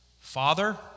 father